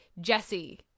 Jesse